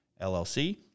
llc